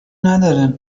نداره